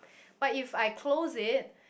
but if I close it